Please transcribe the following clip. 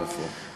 איפה?